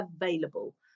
available